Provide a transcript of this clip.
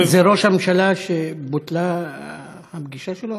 זה ראש הממשלה שבוטלה הפגישה שלו?